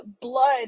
blood